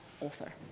author